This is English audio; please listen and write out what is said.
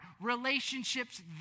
relationships